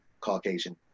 Caucasian